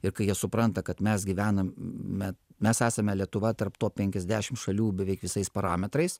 ir kai jie supranta kad mes gyvenam mes esame lietuva tarp top penkiasdešimt šalių beveik visais parametrais